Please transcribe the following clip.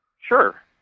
Sure